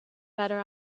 better